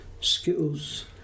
skittles